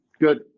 Good